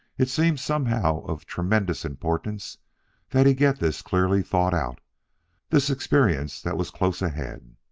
it seemed somehow of tremendous importance that he get this clearly thought out this experience that was close ahead.